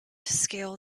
scale